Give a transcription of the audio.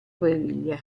guerriglia